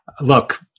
look